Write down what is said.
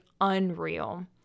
unreal